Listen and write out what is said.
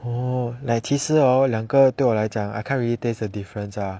oh like 其实 hor 两个对我来讲 I can't really taste the difference ah